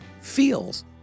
feels